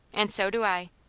and so do i.